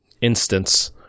instance